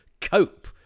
cope